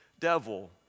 devil